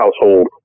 household